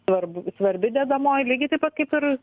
svarb svarbi dedamoji lygiai taip pat kaip ir